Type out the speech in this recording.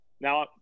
Now